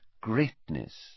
greatness